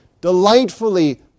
delightfully